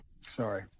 Sorry